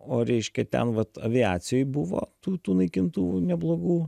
o reiškia ten vat aviacijoj buvo tų tų naikintuvų neblogų